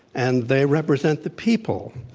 and they represent the people.